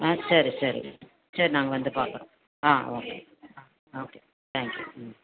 ஆ சரி சரி சரி நாங்கள் வந்து பார்க்குறோம் ஆ ஓகே ஆ ஓகே தேங்க்யூ ம்